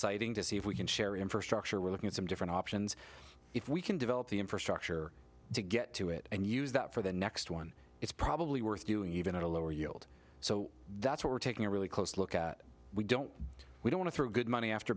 sighting to see if we can share infrastructure we're looking at some different options if we can develop the infrastructure to get to it and use that for the next one it's probably worth doing even at a lower yield so that's what we're taking a really close look at we don't we do want to throw good money after